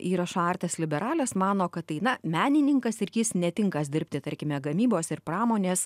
įrašą artes liberales mano kad tai na menininkas ir jis netinkąs dirbti tarkime gamybos ir pramonės